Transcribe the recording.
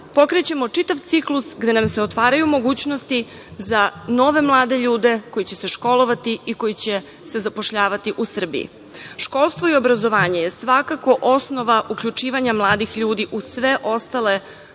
pokrećemo čitav ciklus gde nam se otvaraju mogućnosti za nove mlade ljude koji će se školovati i koji će se zapošljavati u Srbiji. Školstvo i obrazovanje je svakako osnova uključivanja mladih ljudi u sve ostale